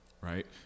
right